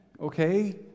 Okay